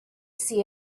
see